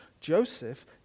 Joseph